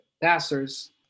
passers